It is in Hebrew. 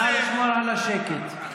נא לשמור על השקט.